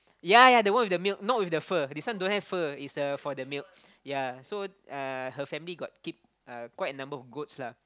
yea yea the one with the milk not with the fur this one don't have fur it's uh for the milk yea so uh her family got keep uh quite a number of goats lah